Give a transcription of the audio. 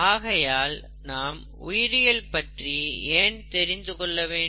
ஆகையால் நாம் உயிரியல் பற்றி ஏன் தெரிந்து கொள்ள வேண்டும்